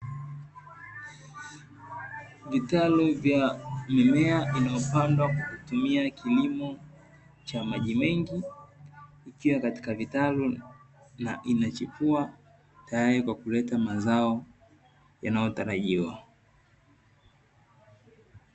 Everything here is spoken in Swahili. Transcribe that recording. Vitalu vilivyo pandwa kwa kutumia kilimo cha maji mengi, ikiwa katika vitalu inachipua tayari kwa kuleta mazao yanayotarajiwa.